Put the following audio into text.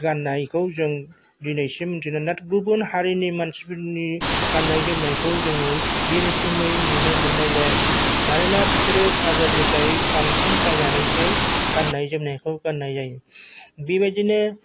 गाननायखौ जों दिनैसिम मिथियो नाथाय गुबुन हारिनि मानसिफोरनि गाननाय जोमनायखौ जोङो बे रोखोमै नुनो मोननाय जाया मानोना बिसोरो बाजारनिफ्राय बांसिन बायनानैसो गाननाय जोमनायखौ गाननाय जायो बेबायदिनो